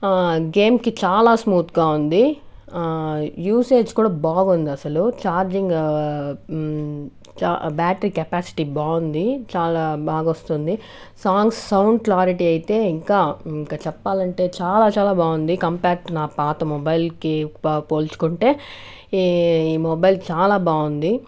గేమ్కి చాలా స్మూత్గావుంది యూసేజ్ కూడా బాగుంది అసలు ఛార్జింగ్ బ్యాటరీ కెపాసిటీ బాగుంది చాలా బాగా వస్తుంది సాంగ్స్ సౌండ్ క్లారిటీ అయితే ఇంకా ఇంక చెప్పాలి అంటే చాలా చాలా బాగుంది కంపేర్డ్ నా పాత మొబైల్కి పా పోల్చుకుంటే ఈ మొబైల్ చాలా బాగుంది